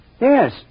Yes